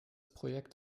projekt